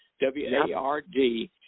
W-A-R-D